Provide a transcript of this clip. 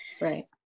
Right